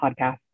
podcast